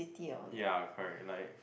yea correct like